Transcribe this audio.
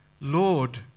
Lord